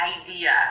idea